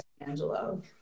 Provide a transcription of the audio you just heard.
Angelo